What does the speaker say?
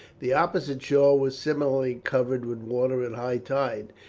the opposite shore was similarly covered with water at high tide,